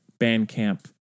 Bandcamp